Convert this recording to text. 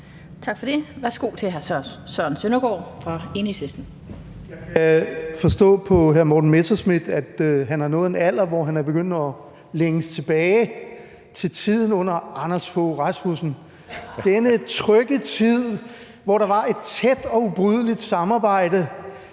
Jeg kan forstå på hr. Morten Messerschmidt, at han har nået en alder, hvor han er begyndt at længes tilbage til tiden under Anders Fogh Rasmussen, denne trygge tid, hvor der var et tæt og ubrydeligt samarbejde